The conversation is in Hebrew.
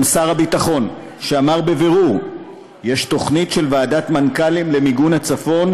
גם שר הביטחון אמר בבירור שיש תוכנית של ועדת מנכ"לים למיגון הצפון,